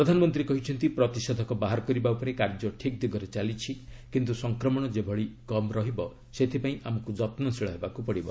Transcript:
ପ୍ରଧାନମନ୍ତ୍ରୀ କହିଛନ୍ତି ପ୍ରତିଷେଧକ ବାହାର କରିବା ଉପରେ କାର୍ଯ୍ୟ ଠିକ୍ ଦିଗରେ ଚାଲିଛି କିନ୍ତୁ ସଂକ୍ରମଣ ଯେପରି କମ୍ ହେବ ସେଥିପାଇଁ ଆମକୁ ଯତ୍ନଶୀଳ ହେବାକୁ ପଡ଼ିବ